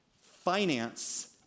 Finance